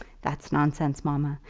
that's nonsense, mamma.